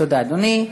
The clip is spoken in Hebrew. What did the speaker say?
תודה, אדוני.